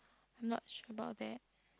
not sure about that